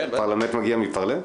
פרלמנט מגיע מפַּארְלֶה?